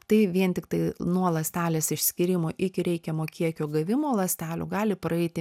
tai vien tiktai nuo ląstelės išskyrimo iki reikiamo kiekio gavimo ląstelių gali praeiti